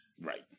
Right